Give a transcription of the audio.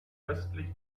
östlich